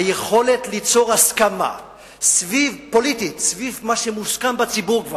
היכולת ליצור הסכמה פוליטית סביב מה שמוסכם כבר בציבור.